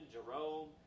Jerome